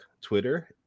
Twitter